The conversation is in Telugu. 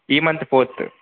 ఈ మంత్ ఫోర్త్